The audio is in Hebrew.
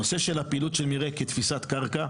נושא הפעילות של מרעה כתפיסת קרקע.